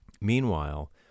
meanwhile